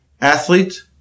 athlete